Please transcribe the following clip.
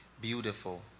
beautiful